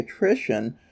pediatrician